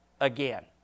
again